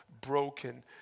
broken